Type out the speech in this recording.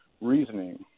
reasoning